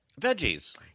Veggies